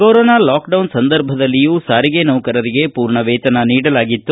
corona lockdown ಸಂದರ್ಭದಲ್ಲಿಯೂ ಸಾರಿಗೆ ನೌಕರರ ಪೂರ್ಣ ವೇತನ ನೀಡಲಾಗಿತ್ತು